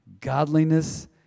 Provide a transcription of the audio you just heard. godliness